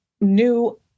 new